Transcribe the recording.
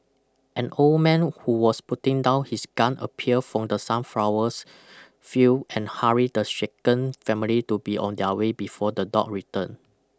an old man who was putting down his gun appeared from the sunflowers field and hurried the shaken family to be on their way before the dog return